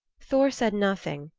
thor said nothing,